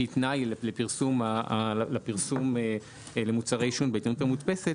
שהיא תנאי לפרסום למוצרי עישון בעיתונות המודפסת,